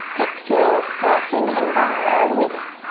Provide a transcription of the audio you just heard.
exhale, soften and bow all the way down.